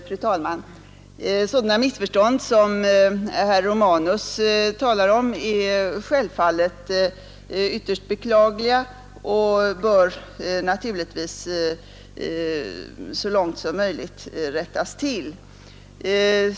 Fru talman! Sådana missförstånd som herr Romanus talar om är självfallet ytterst beklagliga och bör naturligtvis så långt möjligt rättas till.